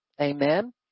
Amen